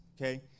okay